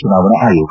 ಚುನಾವಣಾ ಆಯೋಗ